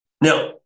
Now